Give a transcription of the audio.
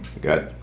got